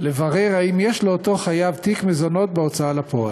לברר אם יש לאותו חייב תיק מזונות בהוצאה לפועל,